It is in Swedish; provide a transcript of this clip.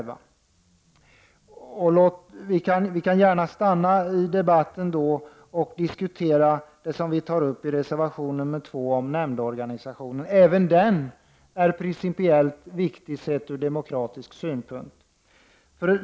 Vi kan gärna i debatten stanna vid att diskutera vad vi tar upp i reservation 2 om nämndeorganisationer. Även denna reservation är principiellt viktig sett från demokratisk synpunkt.